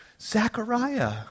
Zechariah